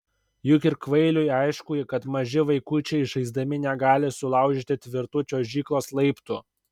juk ir kvailiui aišku kad maži vaikučiai žaisdami negali sulaužyti tvirtų čiuožyklos laiptų